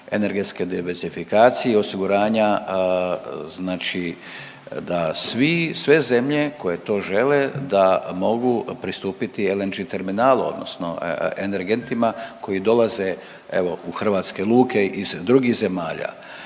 energetske diversifikacije i osiguranja znači da svi sve zemlje koje to žele da mogu pristupiti LNG terminalu odnosno energentima koji dolaze evo u hrvatske luke iz drugih zemalja.